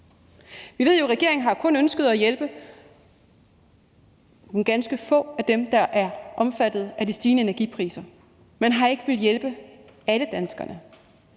Vi ved jo, at regeringen kun har ønsket at hjælpe nogle ganske få af dem, der er omfattet af de stigende energipriser. Man har ikke villet hjælpe alle danskerne.